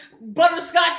butterscotch